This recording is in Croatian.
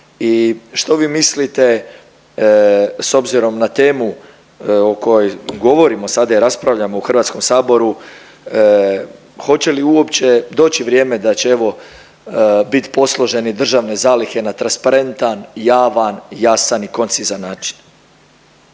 što vi mislite, s obzirom na temu o kojoj govorimo sada i raspravljamo u HS-u, hoće li uopće doći vrijeme da će evo, bit posloženi državne zalihe na transparentan, javan i koncizan način?